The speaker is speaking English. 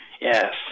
Yes